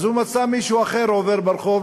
אז הוא מצא מישהו אחר שעבר ברחוב,